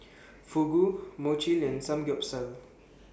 Fugu Mochi and Samgyeopsal